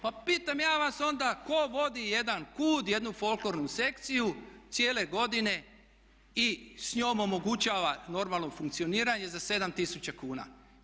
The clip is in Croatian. Pa pitam ja vas onda tko vodi jedna KUD, jednu folklornu sekciju cijele godine i s njom omogućava normalno funkcioniranje za 7 tisuća kuna.